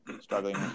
struggling